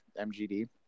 MGD